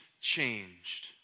changed